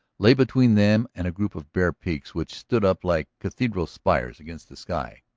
lay between them and a group of bare peaks which stood up like cathedral spires against the sky.